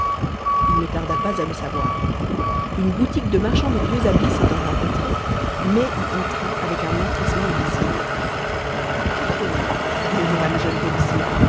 il ne tarda pas à le savoir une boutique de marchand de vieux habits s'étant rencontrée mai y entra avec un empressement visible eh eh murmura le jeune policier